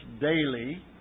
daily